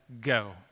Go